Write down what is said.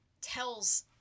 tells